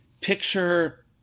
picture